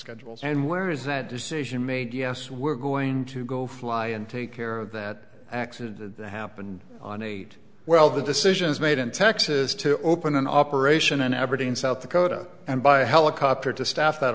schedules and where is that decision made yes we're going to go fly and take care of that accident that happened on eight well the decisions made in texas to open an operation in aberdeen south dakota and by helicopter to staff that